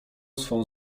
swą